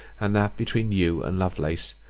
and that between you and lovelace,